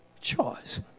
choice